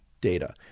data